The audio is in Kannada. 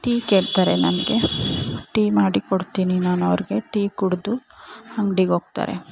ಟೀ ಕೇಳ್ತಾರೆ ನನಗೆ ಟೀ ಮಾಡಿಕೊಡ್ತೀನಿ ನಾನು ಅವ್ರಿಗೆ ಟೀ ಕುಡಿದು ಅಂಗ್ಡಿಗೆ ಹೋಗ್ತಾರೆ